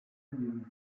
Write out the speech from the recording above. une